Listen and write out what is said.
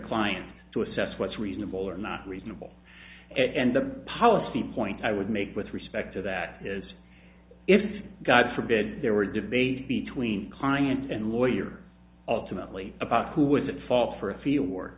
client to assess what's reasonable or not reasonable and the policy point i would make with respect to that is if god forbid there were debates between client and lawyer ultimately about who was at fault for a fe